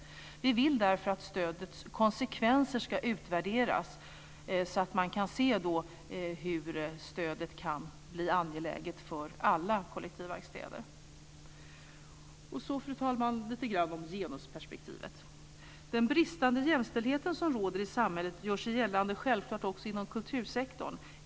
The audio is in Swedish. Vi vill därför att stödets konsekvenser ska utvärderas, så att man kan se hur stödet kan bli angeläget för alla kollektivverkstäder. Så, fru talman, ska jag tala lite grann om genusperspektivet. Den bristande jämställdheten som råder i samhället gör sig självklart gällande också inom kultursektorn.